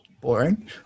boring